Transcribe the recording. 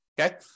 okay